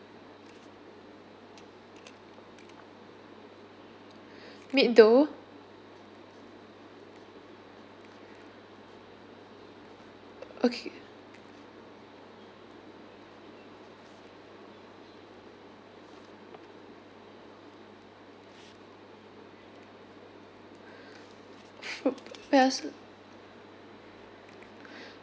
meat dough okay